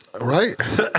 Right